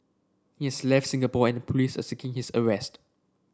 he's left Singapore and the police are seeking his arrest